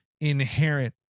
inherent